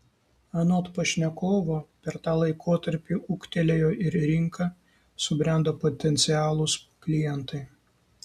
anot pašnekovo per tą laikotarpį ūgtelėjo ir rinka subrendo potencialūs klientai